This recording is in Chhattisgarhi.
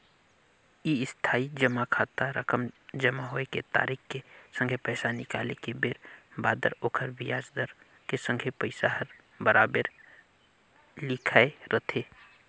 इस्थाई जमा खाता रकम जमा होए के तारिख के संघे पैसा निकाले के बेर बादर ओखर बियाज दर के संघे पइसा हर बराबेर लिखाए रथें